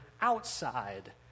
outside